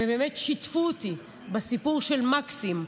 ובאמת שיתפו אותי בסיפור של מקסים,